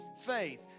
faith